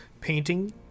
painting